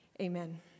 Amen